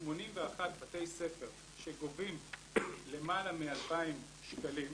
בתי ספר שגובים למעלה מ-2,000 שקלים,